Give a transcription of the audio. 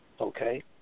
Okay